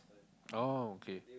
oh okay okay